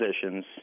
positions